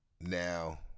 Now